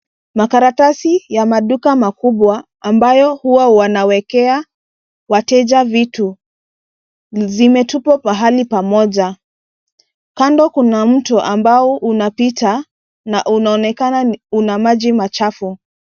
Makaratasi ya maduka makubwa ambayo huwa wanawekea wateja vitu zimetupwa mahali pamoja. Kando kuna mto ambao unapita na unaonekana una maji machafu.